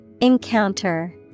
Encounter